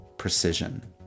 precision